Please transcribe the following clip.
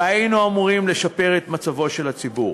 והיינו אמורים לשפר את מצבו של הציבור.